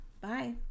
Bye